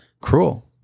Cruel